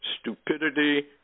stupidity